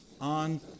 on